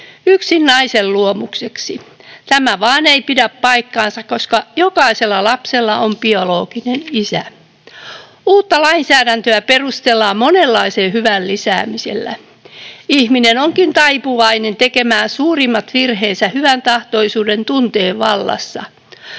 yksin naisen luomukseksi. Tämä vain ei pidä paikkaansa, koska jokaisella lapsella on biologinen isä. Uutta lainsäädäntöä perustellaan monenlaisen hyvän lisäämisellä. Ihminen onkin taipuvainen tekemään suurimmat virheensä hyväntahtoisuuden tunteen vallassa,